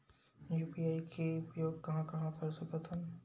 UPI के उपयोग कहां कहा कर सकत हन?